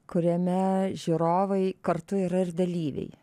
kuriame žiūrovai kartu yra ir dalyviai